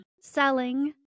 selling